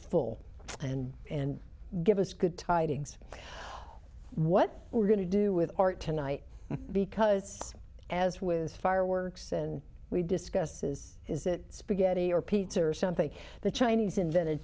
full and and give us good tidings what we're going to do with art tonight because as with fireworks and we discuss is is that spaghetti or pizza or something the chinese invented